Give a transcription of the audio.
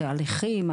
התהליכים,